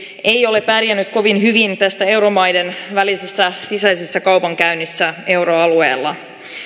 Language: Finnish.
ei ole pärjännyt kovin hyvin tässä euromaiden välisessä sisäisessä kaupankäynnissä euroalueella